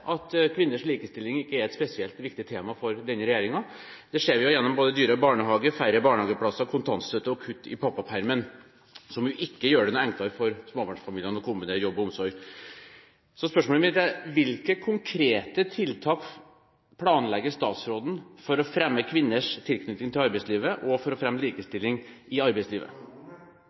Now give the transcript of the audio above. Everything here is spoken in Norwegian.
at kvinners likestilling ikke er et spesielt viktig tema for denne regjeringen. Det ser vi gjennom både dyrere barnehage, færre barnehageplasser, kontantstøtte og kutt i pappapermen, som jo ikke gjør det noe enklere for småbarnsfamiliene å kombinere jobb og omsorg. Spørsmålet mitt er: Hvilke konkrete tiltak planlegger statsråden for å fremme kvinners tilknytning til arbeidslivet og for å fremme likestilling i arbeidslivet?